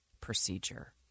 procedure